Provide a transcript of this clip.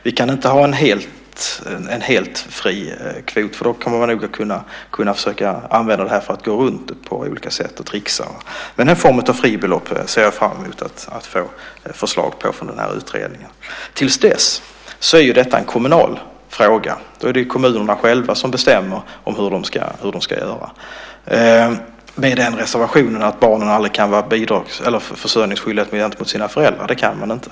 Vi kan inte ha en helt fri kvot, då kommer man nog att kunna använda detta för att komma runt och tricksa på olika sätt. Någon form av fribelopp ser jag fram emot att få förslag på från utredningen. Till dess är detta en kommunal fråga. Det är kommunerna själva som bestämmer hur de ska göra, med den reservationen att barnen aldrig kan vara försörjningsskyldiga gentemot sina föräldrar. Det kan de inte.